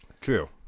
True